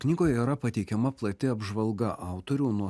knygoje yra pateikiama plati apžvalga autorių nuo